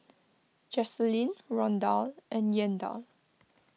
Jacalyn Rondal and Yandel